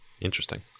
Interesting